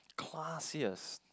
classiest